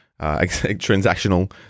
transactional